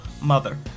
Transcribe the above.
mother